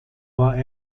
war